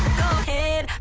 head,